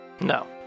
No